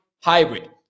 hybrid